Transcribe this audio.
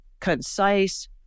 concise